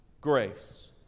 grace